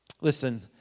Listen